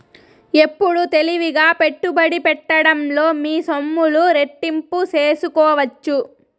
ఎప్పుడు తెలివిగా పెట్టుబడి పెట్టడంలో మీ సొమ్ములు రెట్టింపు సేసుకోవచ్చు